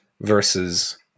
versus